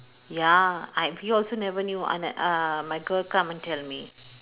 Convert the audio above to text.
ya I we also never knew un~ uh my girl come and tell me